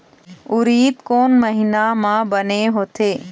उरीद कोन महीना म बने होथे?